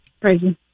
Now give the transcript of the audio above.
crazy